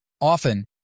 often